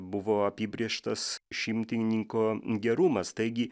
buvo apibrėžtas šimtininko gerumas taigi